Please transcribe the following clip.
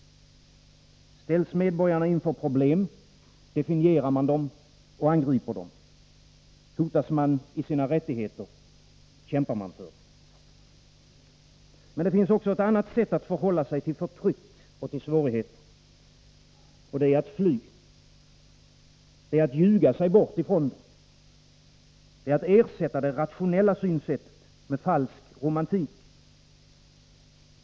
Ställs man såsom medborgare inför problem, definierar man dem och angriper dem. Hotas man i sina rättigheter, kämpar man för dem. Det finns också ett annat sätt att förhålla sig till förtryck och svårigheter. Det är att fly. Det är att ljuga sig bort från dem. Det är att ersätta det rationella synsättet med falsk romantik.